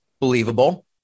Believable